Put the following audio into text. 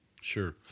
Sure